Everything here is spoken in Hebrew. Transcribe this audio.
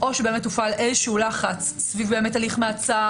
או שהופעל איזה לחץ סביב הליך מעצר,